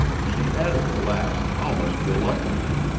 she added the last almost reluctantly,